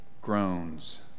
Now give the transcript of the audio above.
groans